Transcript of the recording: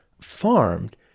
farmed